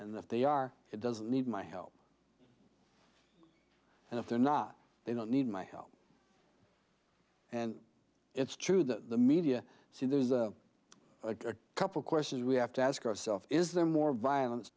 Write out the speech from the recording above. and if they are it doesn't need my help and if they're not they don't need my help and it's true that the media see there's a couple questions we have to ask ourself is there more violence